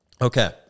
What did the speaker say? Okay